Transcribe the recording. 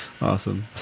awesome